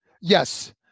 Yes